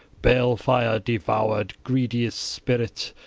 balefire devoured, greediest spirit,